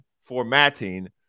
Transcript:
formatting